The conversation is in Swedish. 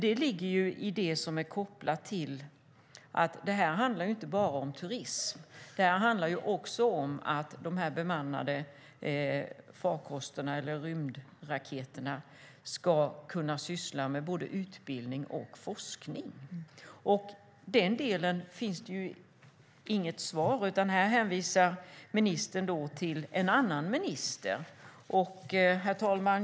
Det ligger ju i det som är kopplat till att detta inte bara handlar om turism utan också handlar om att man i samband med bemannade farkoster eller rymdraketer ska kunna syssla med både utbildning och forskning. Den delen finns det inget svar på, utan ministern hänvisar till en annan minister. Herr talman!